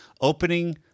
opening